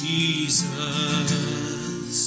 Jesus